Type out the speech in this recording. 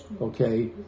Okay